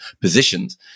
positions